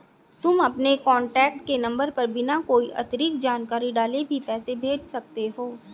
तुम अपने कॉन्टैक्ट के नंबर पर बिना कोई अतिरिक्त जानकारी डाले भी पैसे भेज सकते हो